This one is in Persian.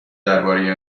درباره